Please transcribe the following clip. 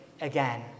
again